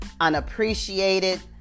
unappreciated